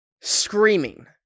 Screaming